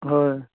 हय